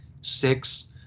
Six